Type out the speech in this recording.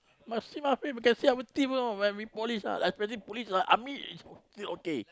must see our face can see our teeth you know when we polish ah especially police army is still okay